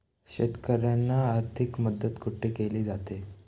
शेतकऱ्यांना आर्थिक मदत कुठे केली जाते?